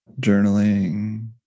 journaling